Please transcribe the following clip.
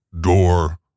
door